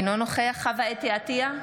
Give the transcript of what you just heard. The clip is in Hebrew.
אינו נוכח חוה אתי עטייה,